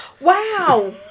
Wow